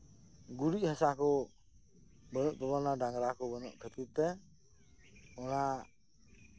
ᱜᱩᱨᱤᱡ ᱦᱟᱥᱟ ᱠᱚ ᱵᱟᱹᱱᱩᱜ ᱛᱟᱵᱚᱱᱟ ᱰᱟᱝᱨᱟ ᱠᱚ ᱵᱟᱹᱱᱩᱜ ᱠᱷᱟᱹᱛᱤᱨ ᱛᱮ ᱚᱱᱟ